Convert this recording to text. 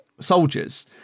soldiers